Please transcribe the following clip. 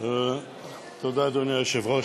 תודה, אדוני היושב-ראש.